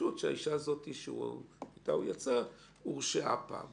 רישום שהתיישן או נמחק או תיק סגור או תיק שעוכבו בו